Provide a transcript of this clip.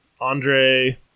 andre